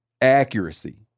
Accuracy